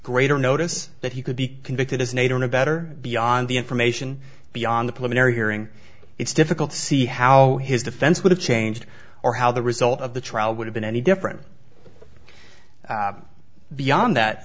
greater notice that he could be convicted as nater in a better beyond the information beyond the police in every hearing it's difficult to see how his defense would have changed or how the result of the trial would have been any different beyond that